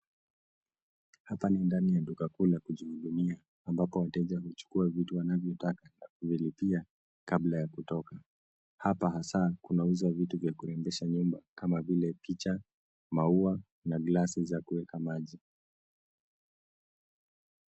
Hapa ni ndani ya duka kuu la kujihudumia ambapo wateja huchukua vitu wanavyotaka na kuvilipia kabla ya kutoka. Hapa hasa kunauzwa vitu vya kurembesha nyumba kama vile picha, maua na glasi za kuweka maji.